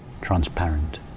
transparent